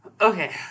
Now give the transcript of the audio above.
okay